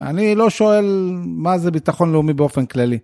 אני לא שואל מה זה ביטחון לאומי באופן כללי.